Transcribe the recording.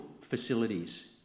facilities